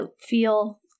feel